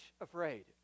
afraid